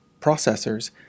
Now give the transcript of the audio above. processors